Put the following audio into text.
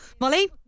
Molly